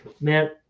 man